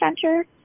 Center